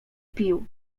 pił